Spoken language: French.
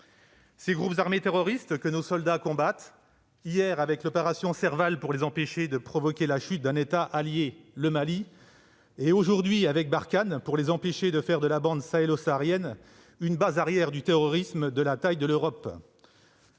Les groupes armés terroristes que nos soldats combattent, hier avec l'opération Serval pour les empêcher de provoquer la chute d'un État allié, le Mali, et aujourd'hui avec Barkhane pour les empêcher de faire de la bande sahélo-saharienne une base arrière du terrorisme de la taille de l'Europe,